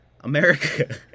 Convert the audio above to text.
America